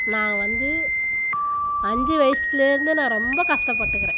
நான் வந்து அஞ்சு வயசிலேருந்து நான் ரொம்ப கஷ்டப்பட்டுருக்குறேன்